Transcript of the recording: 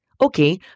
Okay